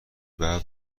ببر